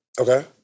Okay